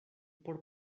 por